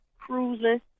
cruising